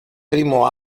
primo